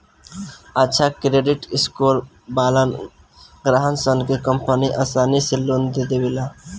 अच्छा credit score वालन ग्राहकसन के कंपनि आसानी से लोन दे देवेले